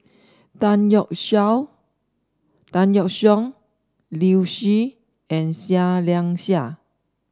Tan Yeok Tan Yeok Seong Liu Si and Seah Liang Seah